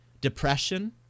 depression